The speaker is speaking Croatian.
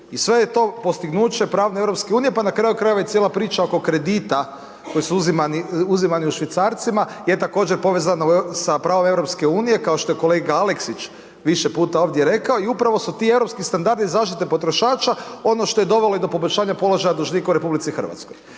i sve je to postignuće pravne EU pa na kraju krajeva i cijela priča oko kredita koji su uzimani u švicarcima je također povezana sa pravom EU kao što je kolega Aleksić više puta ovdje rekao i upravo su ti europski standardi zaštite potrošača ono što je dovelo i do poboljšanja položaja dužnika u RH za koje